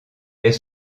est